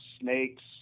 snakes